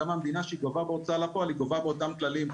כשהיא גובה בהוצאה לפועל היא גובה באותם כללים.